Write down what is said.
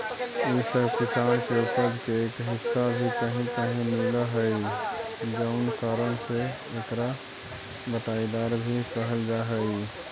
इ सब किसान के उपज के एक हिस्सा भी कहीं कहीं मिलऽ हइ जउन कारण से एकरा बँटाईदार भी कहल जा हइ